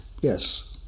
Yes